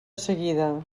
seguida